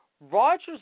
Roger's